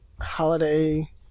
holiday